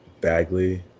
Bagley